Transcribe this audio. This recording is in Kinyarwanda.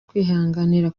kwihanganira